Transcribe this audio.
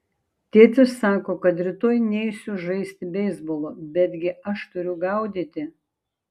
tėtis sako kad rytoj neisiu žaisti beisbolo betgi aš turiu gaudyti